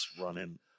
running